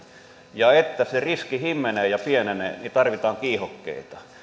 ja siihen että se riski himmenee ja pienenee tarvitaan kiihokkeita